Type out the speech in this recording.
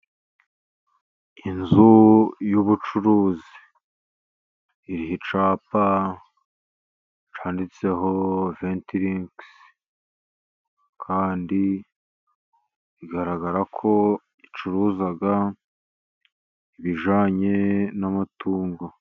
Inzu y'ubucuruzi, iriho icyapa cyanditseho veti linkis, kandi bigaragara ko, icuruza ibijanye n'amatungo.